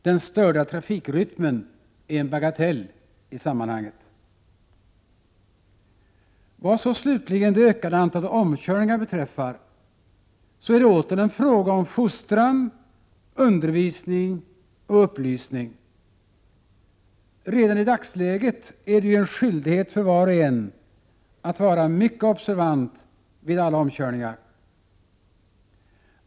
Den störda trafikrytmen är en bagatell i sammanhanget. Vad så slutligen det ökade antalet omkörningar beträffar, så är det åter en fråga om fostran, undervisning och upplysning. Redan i dagsläget är det ju en skyldighet för var och en att vara mycket observant vid alla omkörningar.